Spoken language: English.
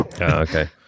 okay